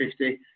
50